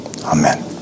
Amen